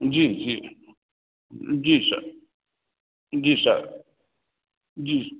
जी जी जी सर जी सर जी